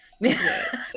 Yes